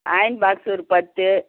iron box ஒரு பத்து